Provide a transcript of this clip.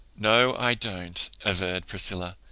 no, i don't, averred priscilla.